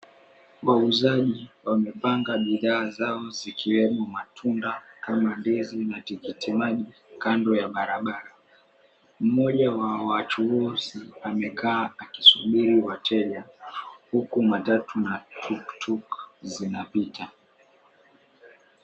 Wauzaji wamepanga bidhaa zao zikiwemo matunda kama ndizi na tikitiki maji kando ya barabara. Mmoja wa wachuuzi amekaa akisubiri wateja huku matatu na tukutuku zinapita.